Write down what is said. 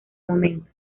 momento